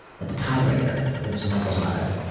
but the tie breaker was michael's mother,